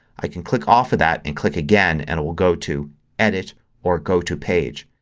i can click off of that and click again and it will go to edit or go to page.